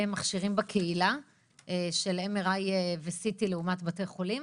מכשירים בקהילה של MRI ו-CT לעומת בתי חולים?